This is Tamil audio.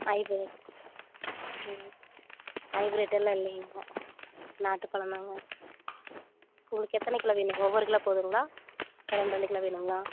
ஹைபிரைடு ம் ஹைபிரைட்டெல்லாம் இல்லைங்க நாட்டு பழம் தாங்க உங்களுக்கு எத்தனை கிலோ வேணுங்க ஒவ்வொரு கிலோ போதுங்களா ரெண் ரெண்டு கிலோ வேணுங்களா